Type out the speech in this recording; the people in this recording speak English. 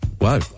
Wow